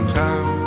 town